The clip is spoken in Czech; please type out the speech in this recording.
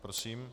Prosím.